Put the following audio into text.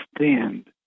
understand